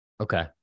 Okay